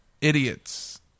idiots